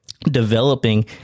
developing